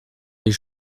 les